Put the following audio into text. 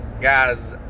guys